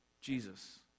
Jesus